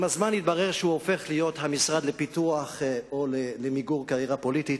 עם הזמן התברר שהוא הופך להיות המשרד לפיתוח או למיגור קריירה פוליטית,